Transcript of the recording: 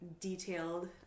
detailed